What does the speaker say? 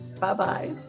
Bye-bye